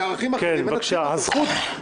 שערכים אחרים מנצחים את השוויון.